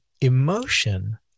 emotion